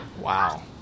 Wow